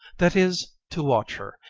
that is, to watch her,